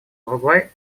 уругвай